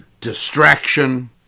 distraction